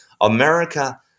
America